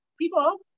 people